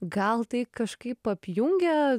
gal tai kažkaip apjungia